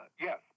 Yes